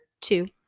two